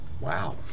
Wow